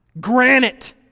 granite